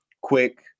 quick